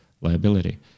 liability